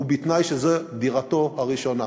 ובתנאי שזו דירתו הראשונה.